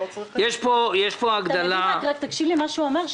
תקשיב למה שהוא אומר,